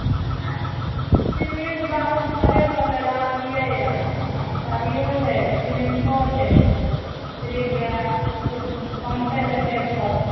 cement बालू छबे करलै लाबलिए हँ सरिओ छै सीमेंटो छै फेर ओएह किछु कमतै तऽ फेर कहब